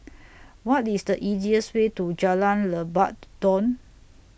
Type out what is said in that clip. What IS The easiest Way to Jalan Lebat Daun